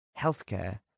healthcare